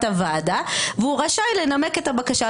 הוועדה --- והוא רשאי לנמק את הבקשה".